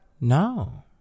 No